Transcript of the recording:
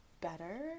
better